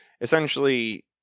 essentially